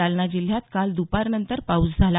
जालना जिल्ह्यात काल दुपारनंतर पाऊस झाला